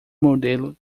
modelo